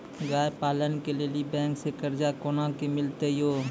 गाय पालन के लिए बैंक से कर्ज कोना के मिलते यो?